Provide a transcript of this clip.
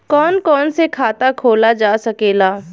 कौन कौन से खाता खोला जा सके ला?